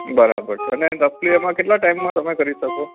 બરાબર છે અને રફલી એમાં કેટલા ટાઈમમાં તમે કરી શકો